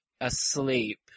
asleep